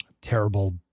terrible